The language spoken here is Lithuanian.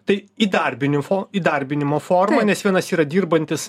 tai įdarbininfo įdarbinimo forma nes vienas yra dirbantis